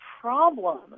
problem